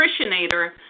Nutritionator